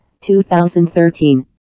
2013